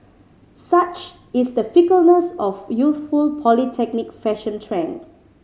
such is the fickleness of youthful polytechnic fashion trend